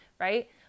Right